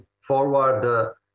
forward